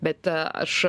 bet aš